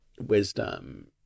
wisdom